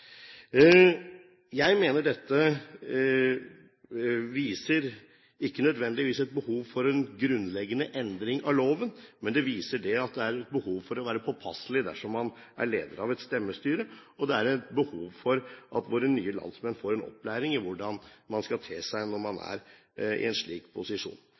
Jeg mener dette ikke nødvendigvis viser et behov for en grunnleggende endring av loven, men det viser at det er et behov for å være påpasselig dersom man er leder av et stemmestyre, og at det er et behov for at våre nye landsmenn får en opplæring i hvordan man skal te seg når man er i en slik posisjon.